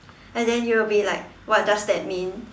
and then you'll be like what does that mean